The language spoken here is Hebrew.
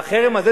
והחרם הזה,